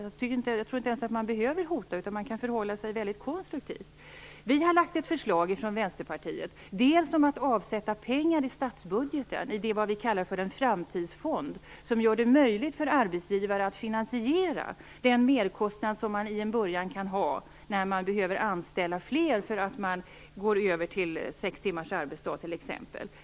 Jag tror inte att man ens behöver hota utan kan förhålla sig väldigt konstruktiv. Vi i Vänsterpartiet har lagt fram ett förslag om att avsätta pengar i statsbudgeten till det som vi kallar en framtidsfond för att göra det möjligt för en arbetsgivare att finansiera den merkostnad som man kan ha i början när man behöver anställa fler därför att man går över till sex timmars arbetsdag t.ex.